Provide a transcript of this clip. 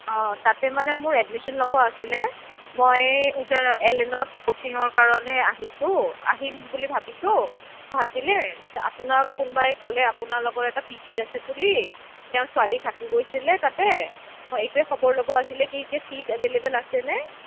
অঁ তাতে মানে মোৰ এডমিশ্বন ল'ব আছিলে মই ওজা এলেনত কচিঙৰ কাৰণে আহিছোঁ আহিম বুলি ভাবিছোঁ গুৱাহাটীলৈ আপোনাক কোনোবাই ক'লে আপোনালোকৰ এটা পিজি আছে বুলি তেওঁ ছোৱালী থাকি গৈছিলে তাতে মই এইটোৱে খবৰ ল'ব আছিল এতিয়া ছীট এভেইলেব'ল আছেনে